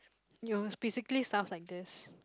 your it's basically stuff like this